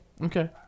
okay